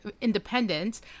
independence